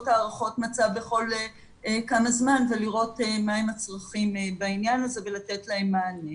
הערכות מצב בכל כמה זמן ולראות מה הם הצרכים בעניין הזה ולתת להם מענה.